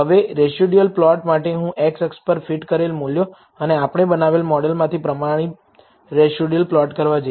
હવે residual plot માટે હું x અક્ષ પર ફીટ કરેલ મૂલ્યો અને આપણે બનાવેલ મોડેલમાંથી પ્રમાણિત રેસિડયુઅલ પ્લોટ કરવા જઈશ